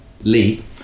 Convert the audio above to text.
Lee